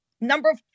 number